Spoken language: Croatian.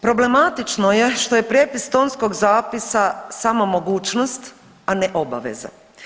Problematično je što je prijepis tonskog zapisa samo mogućnost, a ne obaveza.